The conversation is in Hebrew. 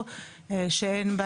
ואם אין אז אין,